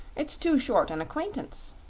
it's too short an acquaintance,